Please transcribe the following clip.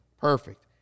Perfect